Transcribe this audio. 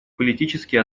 политические